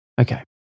Okay